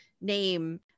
name